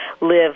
live